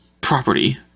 property